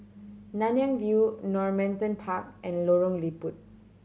Nanyang View Normanton Park and Lorong Liput